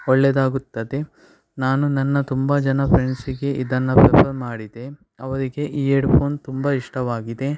ಒಳ್ಳೆಯದಾಗುತ್ತದೆ ನಾನು ನನ್ನ ತುಂಬ ಜನ ಫ್ರೆಂಡ್ಸಿಗೆ ಇದನ್ನು ಪ್ರಿಫರ್ ಮಾಡಿದೆ ಅವರಿಗೆ ಈ ಎಡ್ಫೋನ್ ತುಂಬ ಇಷ್ಟವಾಗಿದೆ